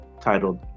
titled